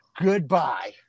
Goodbye